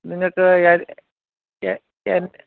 നിങ്ങൾക്ക് A A N